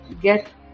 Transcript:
get